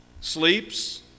sleeps